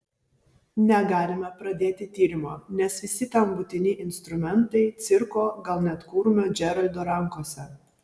negalime pradėti tyrimo nes visi tam būtini instrumentai cirko gal net kurmio džeraldo rankose